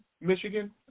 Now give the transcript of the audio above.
Michigan